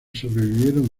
sobrevivieron